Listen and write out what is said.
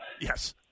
Yes